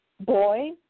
boy